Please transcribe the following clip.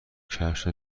کشف